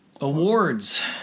Awards